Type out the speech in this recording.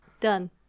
done